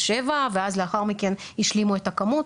שבע ואז לאחר מכן השלימו את הכמות,